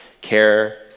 care